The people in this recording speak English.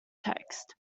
text